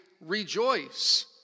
rejoice